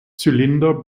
zylinder